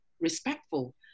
respectful